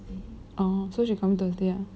oh so she coming thursday ah